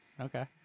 Okay